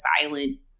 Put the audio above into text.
silent